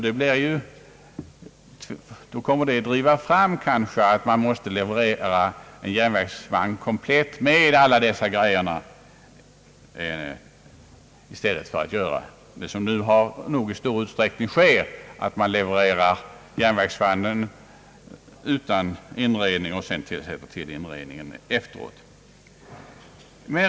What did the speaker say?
Detta kommer kanske att driva fram att man måste leverera en järnvägsvagn komplett med alla tillbehör, i stället för att, såsom nog i stor utsträckning sker, leverera järnvägsvagnen utan inredning och sätta in inredningen efteråt.